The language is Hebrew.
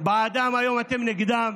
בעדם, היום אתם נגדם.